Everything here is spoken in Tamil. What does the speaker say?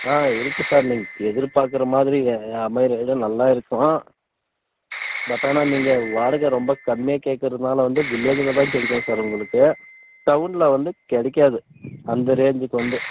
ஆ இருக்குது சார் நீங்கள் எதிர்பார்க்குற மாதிரி அமைகிறதவிட நல்லா இருக்கும் பட் ஆனால் நீங்கள் வாடகை ரொம்ப கம்மியாக கேட்குறதுனால வந்து வில்லேஜ்ஜில் தான் கிடைக்கும் சார் உங்களுக்கு டவுனில் வந்து கிடைக்காது அந்த ரேஞ்சுக்கு வந்து